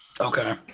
Okay